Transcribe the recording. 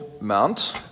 mount